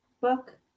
book